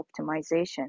optimization